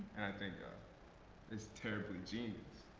and i think it's terribly genius,